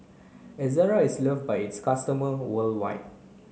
Ezerra is loved by its customer worldwide